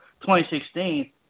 2016